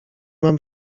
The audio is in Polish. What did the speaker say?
mam